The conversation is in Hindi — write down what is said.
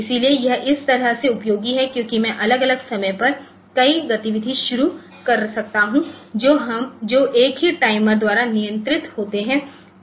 इसलिए यह इस तरह से उपयोगी है क्योंकि मैं अलग अलग समय पर कई गतिविधि शुरू कर सकता हूं जो एक ही टाइमर द्वारा नियंत्रित होते हैं